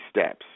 steps